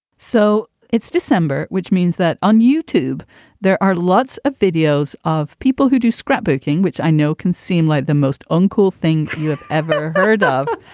so it's december, which means that on youtube there are lots of videos of people who do scrapbooking, which i know can seem like the most uncool thing you've ever heard ah of.